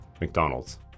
McDonald's